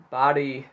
body